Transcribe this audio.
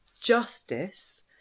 justice